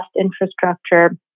infrastructure